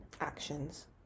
actions